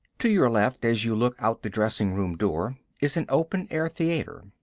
to your left, as you look out the dressing-room door, is an open-air theater,